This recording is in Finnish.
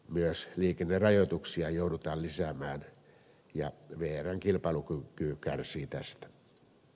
myös liikennerajoituksia joudutaan lisäämään ja vrn kilpailukyky kärsii tästä